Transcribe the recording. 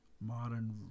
modern